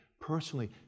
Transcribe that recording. personally